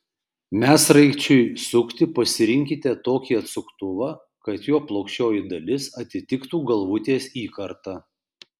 medsraigčiui sukti pasirinkite tokį atsuktuvą kad jo plokščioji dalis atitiktų galvutės įkartą